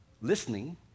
listening